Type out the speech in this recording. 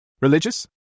Religious